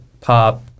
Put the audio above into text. Pop